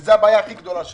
זאת הבעיה הכי גדולה שלנו.